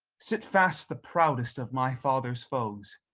sit fast the proudest of my father's foes,